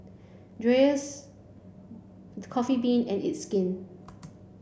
Dreyers Coffee Bean and it's Skin